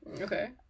Okay